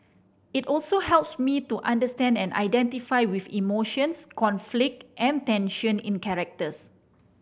it also helps me to understand and identify with emotions conflict and tension in characters